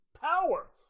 power